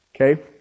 Okay